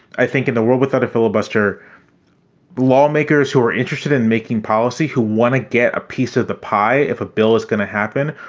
i think in the world without a filibuster, the lawmakers who are interested in making policy, who want to get a piece of the pie if a bill is going to happen,